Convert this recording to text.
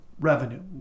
revenue